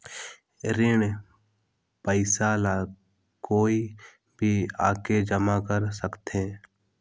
ऋण पईसा ला कोई भी आके जमा कर सकथे?